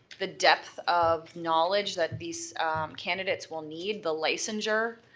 the depth of knowledge that these candidates will need, the licensure,